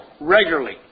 regularly